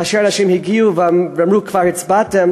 כאשר אנשים הגיעו ואמרו להם: כבר הצבעתם,